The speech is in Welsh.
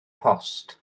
post